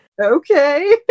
okay